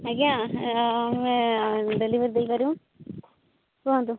ଆଜ୍ଞା ଆମେ ଡେଲିଭରି ଦେଇପାରିବୁ କୁହନ୍ତୁ